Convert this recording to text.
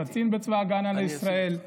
קצין בצבא ההגנה לישראל,